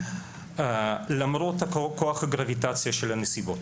למרות כוח הגרביטציה של הנסיבות.